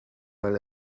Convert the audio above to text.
weil